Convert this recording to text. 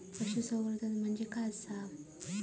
पशुसंवर्धन म्हणजे काय आसा?